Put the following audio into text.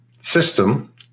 system